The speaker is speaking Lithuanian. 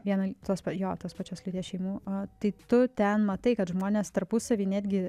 vienai tos jo tos pačios lyties šeimų o tai tu ten matai kad žmonės tarpusavy netgi